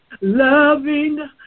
loving